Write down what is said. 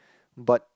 but